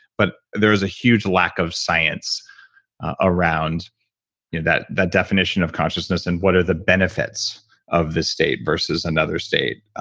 but there's a huge lack of science around that that definition of consciousness and what are the benefits of this state versus another state,